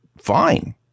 fine